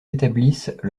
établissent